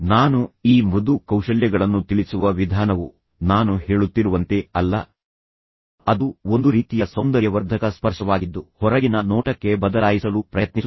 ಈಗ ನಾನು ಚರ್ಚಿಸಿದ ಮೊದಲ ಸಂಘರ್ಷಕ್ಕೆ ಹಿಂತಿರುಗಿ ಅದನ್ನು ಪರಿಹರಿಸಲು ನಾನು ನೀಡಿರುವ ಸಲಹೆ ಎಂದರೆ ಯಾವುದೇ ಸಂಘರ್ಷಕ್ಕೆ ಸಾಧ್ಯವಾದಷ್ಟು ಮಟ್ಟಿಗೆ ಅನುಕೂಲಕರ ವಾತಾವರಣವನ್ನು ಆಯ್ಕೆ ಮಾಡಲು ಪ್ರಯತ್ನಿಸಿ